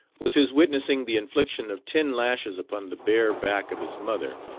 was his witnessing the infliction of ten lashes upon the bare back of his mother,